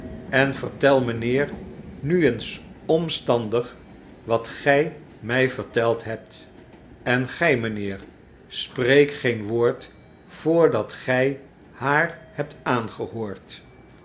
en vertel mijnheer nu eens omstandig wat gij mij verteld hebt en gij mijnheer spreek geen woord voordat gij haar hebt aangehoord